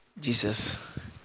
Jesus